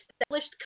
established